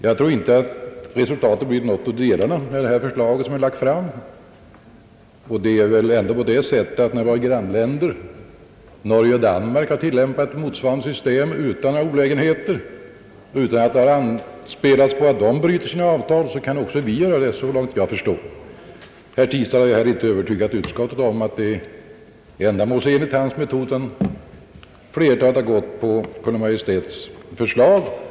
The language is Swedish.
Jag tror inte att resultatet av någotdera av de förslag vi lagt fram blir något sådant. När våra grannländer Norge och Danmark har tillämpat motsvarande system utan olägenheter, utan att det har anspelats på att de bryter sina avtal, kan också vi göra det, så långt jag förstår. Herr Tistad har heller inte övertygat utskottet om att hans metod är ändamålsenlig, utan flertalet utskottsledamöter har biträtt Kungl. Maj:ts förslag. Jag yrkar bifall till utskottets betänkande.